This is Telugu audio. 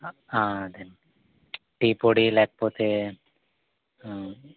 అదేండి టీ పొడి లేకపోతే